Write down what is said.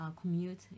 commute